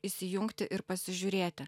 įsijungti ir pasižiūrėti